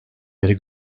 beri